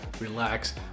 relax